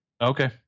Okay